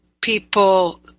people